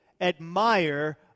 admire